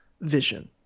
Vision